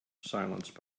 silence